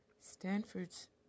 Stanford's